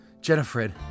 Jennifer